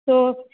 so